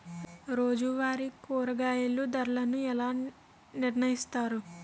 రోజువారి కూరగాయల ధరలను ఎలా నిర్ణయిస్తారు?